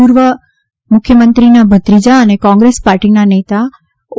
પૂર્વ મુખ્યમંત્રીના ભત્રીજા અને કોંગ્રેસ પાર્ટીના નેતા ઓ